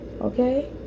Okay